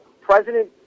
President